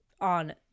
on